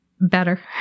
better